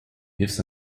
gives